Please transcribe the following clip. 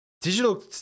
digital